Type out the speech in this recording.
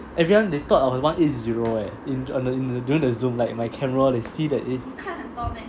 everyone they thought I was one eight zero eh in during the zoom like my camera they see that